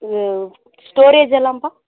ம் ஸ்டோரேஜ் எல்லாம்ப்பா